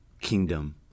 kingdom